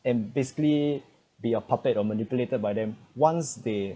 and basically be a puppet on manipulated by them once they